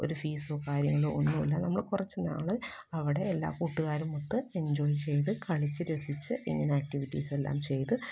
ഒരു ഫീസോ കാര്യങ്ങളോ ഒന്നുമില്ല നമ്മൾ കുറച്ച് നാൾ അവിടെ എല്ലാ കൂട്ടുകാരുമൊത്ത് എൻജോയ് ചെയ്ത് കളിച്ച് രസിച്ച് ഇങ്ങനെ ആക്ടിവിറ്റീസ് എല്ലാം ചെയ്ത്